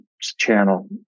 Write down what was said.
channel